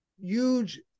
huge